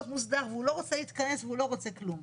מוסדר והוא לא רוצה להתכנס והוא לא רוצה כלום,